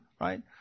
right